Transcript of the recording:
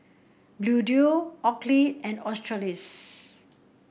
Bluedio Oakley and Australis